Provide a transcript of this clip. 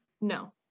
No